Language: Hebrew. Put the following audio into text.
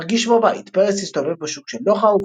מרגיש בבית פרס הסתובב בשוק של דוחה,